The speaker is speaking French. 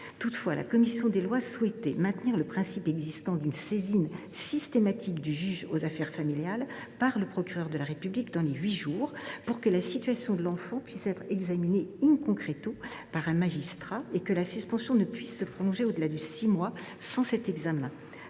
Toutefois, la commission des lois souhaitait maintenir le principe d’une saisine systématique du juge aux affaires familiales (JAF) par le procureur de la République dans les huit jours pour que la situation de l’enfant puisse être examinée par un magistrat et pour que la suspension ne puisse se prolonger au delà de six mois sans cet examen.